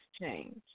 change